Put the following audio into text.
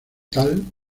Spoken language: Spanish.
tal